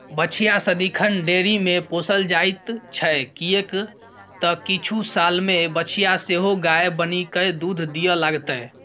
बछिया सदिखन डेयरीमे पोसल जाइत छै किएक तँ किछु सालमे बछिया सेहो गाय बनिकए दूध दिअ लागतै